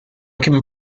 can